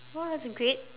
!wah! that's great